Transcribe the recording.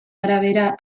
arabera